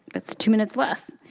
that's two minutes less.